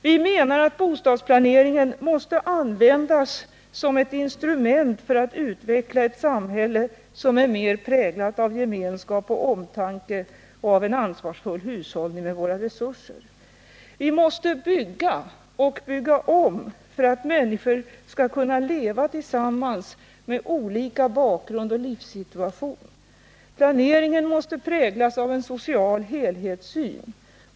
Vi menar att bostadsplaneringen måste användas som ett instrument för att utveckla ett samhälle som är mer präglat av gemenskap, omtanke och en ansvarsfull hushållning med våra resurser. Vi måste bygga och bygga om för att människor med olika bakgrund och livssituation skall kunna leva tillsammans. Planeringen måste präglas av en social helhetssyn.